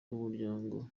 b’umuryango